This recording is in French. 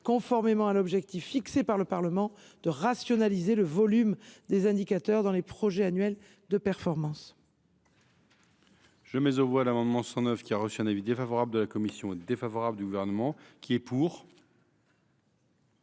conformément à l’objectif fixé par le Parlement de rationaliser le volume des indicateurs dans les projets annuels de performances